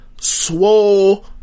Swole